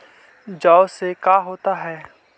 जौ से का होता है?